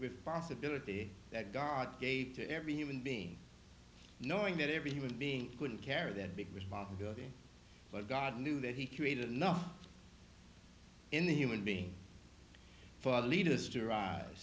big possibility that god gave to every human being knowing that every human being couldn't carry that big responsibility but god knew that he created enough in the human being for leaders